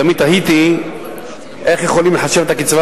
תמיד תהיתי איך יכולים לחשב את הקצבה